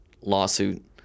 lawsuit